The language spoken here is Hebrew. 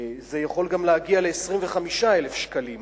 זה יכול גם להגיע ל-25,000 שקלים,